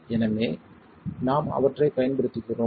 எனவே நாம் அவற்றைப் பயன்படுத்துகிறோம்